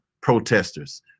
Protesters